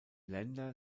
länder